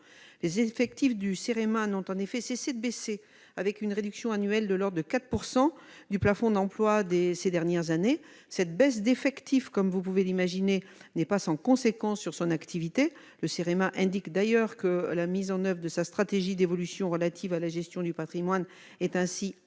Les effectifs du Cérema n'ont en effet cessé de baisser, la réduction annuelle du plafond d'emploi étant de l'ordre de 4 % ces dernières années. Cette baisse des effectifs, comme vous pouvez l'imaginer, n'est pas sans conséquence sur son activité ; le Cérema indique d'ailleurs que la mise en oeuvre de sa stratégie d'évolution relative à la gestion du patrimoine est entravée